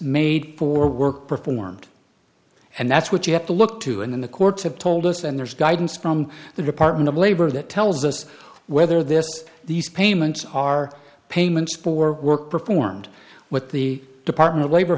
made for work performed and that's what you have to look to and the courts have told us and there's guidance from the department of labor that tells us whether this these payments are payments for work performed what the department of labor